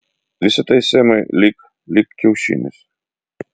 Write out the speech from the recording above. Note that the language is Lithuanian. visa tai semai lyg lyg kiaušinis